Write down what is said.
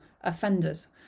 offenders